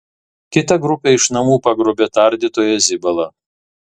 kita grupė iš namų pagrobė tardytoją zibalą